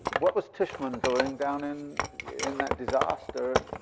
what was tishman doing down in in that disaster at